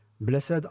blessed